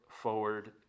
forward